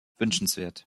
wünschenswert